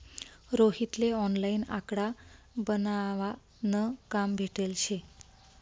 रोहित ले ऑनलाईन आकडा बनावा न काम भेटेल शे